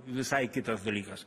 visai kitas dalykas